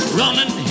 running